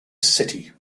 city